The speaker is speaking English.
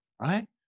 right